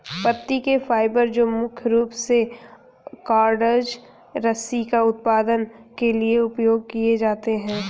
पत्ती के फाइबर जो मुख्य रूप से कॉर्डेज रस्सी का उत्पादन के लिए उपयोग किए जाते हैं